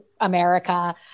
America